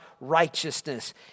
righteousness